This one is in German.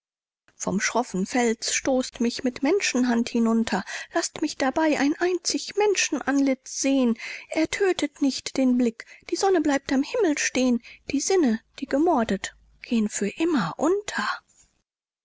vom schroffen fels stoßt mich mit menschenhand hinunter laßt mich dabei ein einzig menschenantlitz seh'n ertötet nicht den blick die sonne bleibt am himmel steh'n die sinne die gemordet geh'n für immer unter